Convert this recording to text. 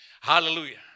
Hallelujah